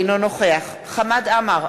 אינו נוכח חמד עמאר,